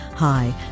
Hi